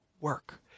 work